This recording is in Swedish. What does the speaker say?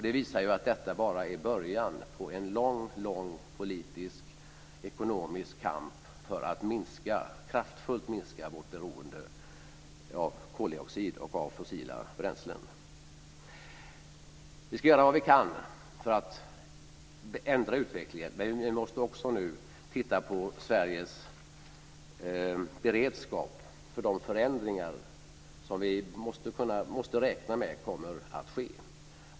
Det visar att detta bara är början på en lång politisk, ekonomisk kamp för att kraftfullt minska vårt beroende av koldioxid och fossila bränslen. Vi ska göra vad vi kan för att ändra utvecklingen. Vi måste också nu titta på Sveriges beredskap för de förändringar som vi måste räkna med kommer att ske.